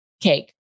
cake